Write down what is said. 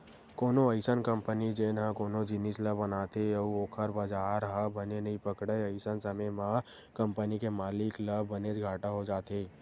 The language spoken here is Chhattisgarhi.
कोनो अइसन कंपनी जेन ह कोनो जिनिस ल बनाथे अउ ओखर बजार ह बने नइ पकड़य अइसन समे म कंपनी के मालिक ल बनेच घाटा हो जाथे